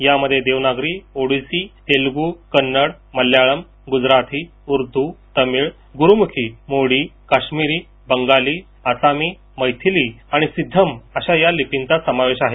यामध्ये देवनागरी ओडिसी तेलुगू कन्नड मल्याळम गुजराथी उर्दू तमिळ गुरुमुखी मोडी काश्मिरी बंगाली असामी मैथिली आणिसिद्धम अशा या लिपींचा समावेश आहे